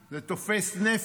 זה תופס נפח,